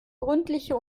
gründliche